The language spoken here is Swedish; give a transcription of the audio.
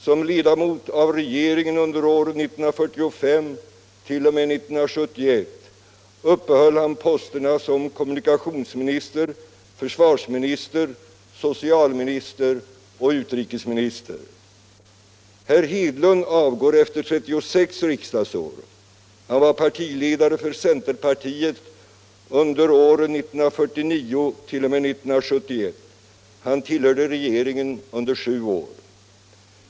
Som ledamot av regeringen under åren 1945-1971 uppehöll han posterna som kommunikationsminister, försvarsminister, socialminister och utrikesminister. Herr Hedlund avgår efter 36 riksdagsår. Han var partiledare för centerpartiet under åren 1949-1971 och tillhörde regeringen under 7 år.